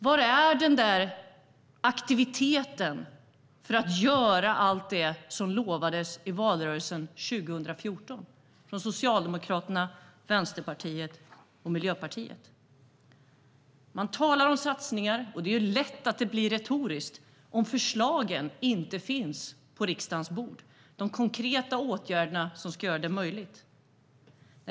Var är aktiviteten för att göra allt det som lovades i valrörelsen 2014 av Socialdemokraterna, Vänsterpartiet och Miljöpartiet? Man talar om satsningar, men det är lätt att det blir retoriskt om förslag och konkreta åtgärder som ska göra det möjligt inte finns.